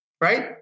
right